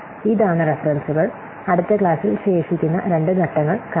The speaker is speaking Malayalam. ഇതാണ് റഫറൻസുകൾ അടുത്ത ക്ലാസ്സിൽ ശേഷിക്കുന്ന രണ്ട് ഘട്ടങ്ങൾ കാണാം